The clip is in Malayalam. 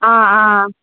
ആ ആ